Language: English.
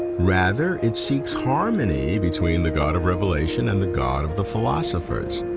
rather, it seeks harmony between the god of revelation and the god of the philosophers.